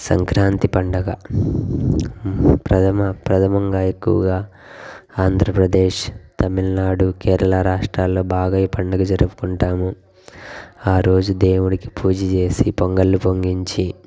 సంక్రాంతి పండుగ ప్రధమ ప్రధమంగా ఎక్కువగా ఆంధ్రప్రదేశ్ తమిళనాడు కేరళ రాష్ట్రాల్లో బాగా ఈ పండుగ జరుపుకుంటాము ఆరోజు దేవుడికి పూజ చేసి పొంగలి పొంగించి